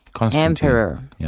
emperor